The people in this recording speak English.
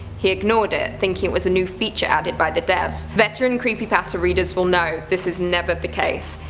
he ignored it, thinking it was a new featured added by the devs. veteran creepypasta readers will know, this is never the case.